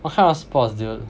what kind of sports do you